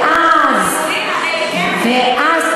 ואז, הדיבורים האלה כן היו מגיעים לשדולה מחר.